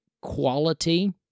quality